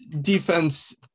defense